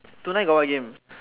tonight got what game